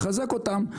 לחזק אותם.